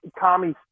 Tommy